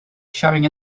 showing